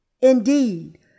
Indeed